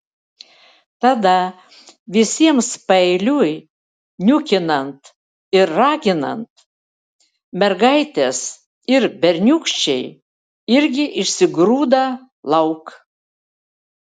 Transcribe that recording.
tada visiems paeiliui niukinant ir raginant mergaitės ir berniūkščiai irgi išsigrūda lauk